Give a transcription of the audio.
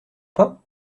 pas